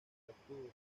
octubre